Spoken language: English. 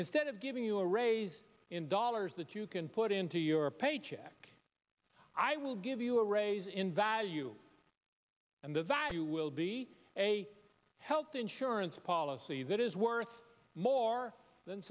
instead of giving you a raise in dollars that you can put into your paycheck i will give you a raise in value and the value will be a health insurance policy that is worth more than